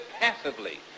passively